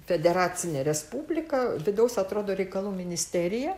federacinė respublika vidaus atrodo reikalų ministerija